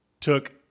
took –